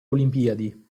olimpiadi